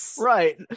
Right